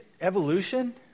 evolution